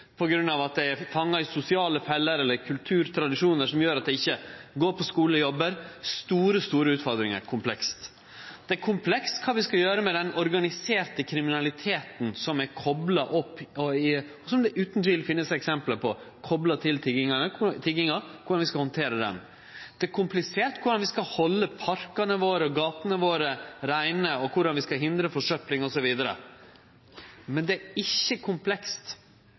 av at dei er fanga i sosiale feller eller har kulturtradisjonar som gjer at dei ikkje går på skule, ikkje jobbar – store, store utfordringar og komplekst. Det er komplekst korleis vi skal handtere den organiserte kriminaliteten som det utan tvil finst eksempel på er kopla til tigging. Det er komplisert korleis vi skal halde parkane våre og gatene våre reine og korleis vi skal hindre forsøpling osv. Men det er ikkje komplekst